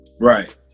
Right